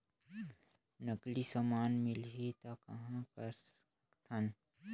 नकली समान मिलही त कहां कर सकथन?